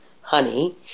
honey